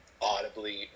audibly